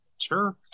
Sure